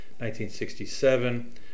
1967